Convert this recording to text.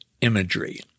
imagery